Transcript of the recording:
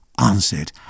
answered